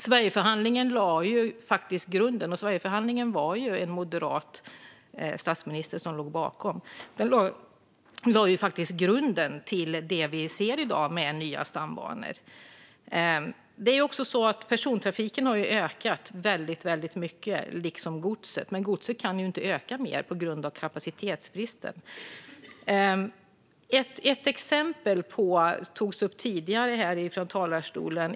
Sverigeförhandlingen lade faktiskt grunden till det vi ser i dag med nya stambanor, och det var ju en moderat statsminister som låg bakom den. Persontrafiken har ökat väldigt mycket, liksom godstrafiken. Godstrafiken kan dock inte öka mer på grund av kapacitetsbristen. Ett exempel togs upp tidigare från talarstolen.